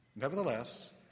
Nevertheless